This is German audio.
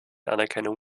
anerkennung